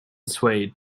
swayed